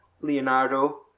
Leonardo